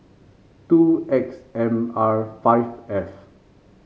two X M R five F